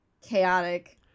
Chaotic